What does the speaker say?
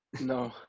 No